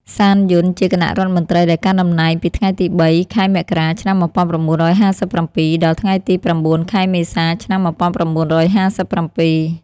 សាន យុន ជាគណៈរដ្ឋមន្ត្រីដែលកាន់តំណែងពីថ្ងៃទី ៣ ខែមករា ឆ្នាំ១៩៥៧ ដល់ថ្ងៃទី ៩ ខែមេសា ឆ្នាំ១៩៥៧។